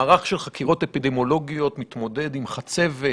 מהלך של חקירות אפידמיולוגיות מתמודד עם חצבת,